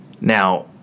now